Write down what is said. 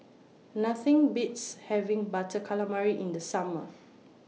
Nothing Beats having Butter Calamari in The Summer